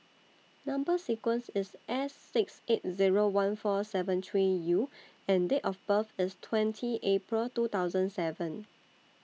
Number sequence IS S six eight Zero one four seven three U and Date of birth IS twenty April two thousand seven